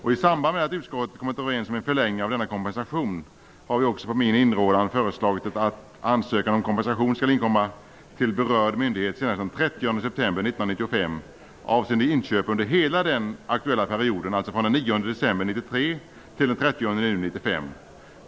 I samband med att utskottet kommit överens om en förlängning av denna kompensation har vi också på min inrådan föreslagit att ansökan om kompensation skall inkomma till berörd myndighet senast den 30 september 1995 avseende inköp under hela den aktuella perioden, alltså från den 9 december 1993 till den 30 juni 1995.